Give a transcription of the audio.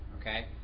Okay